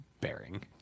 bearing